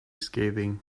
scathing